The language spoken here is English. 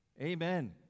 Amen